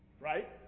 Right